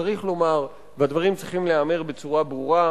צריך לומר, והדברים צריכים להיאמר בצורה ברורה: